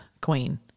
queen